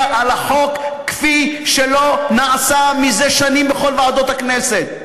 על החוק כפי שלא נעשה מזה שנים בכל ועדות הכנסת.